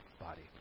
body